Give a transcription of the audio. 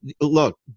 Look